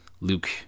Luke